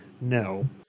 no